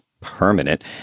permanent